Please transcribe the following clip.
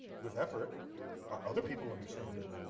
with effort other people understand it.